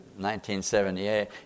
1978